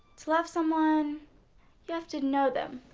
to love someone you have to know them.